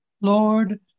Lord